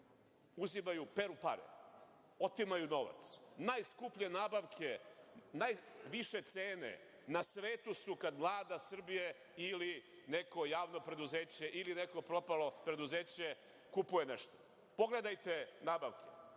uzimaju, peru pare, otimaju novac. Najskuplje nabavke, najviše cene na svetu su kada Vlada Srbije ili neko javno preduzeće ili neko propalo preuzeće kupuje nešto. Pogledajte nabavke.